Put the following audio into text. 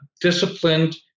disciplined